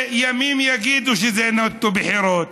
וימים יגידו שזה נטו בחירות.